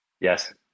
Yes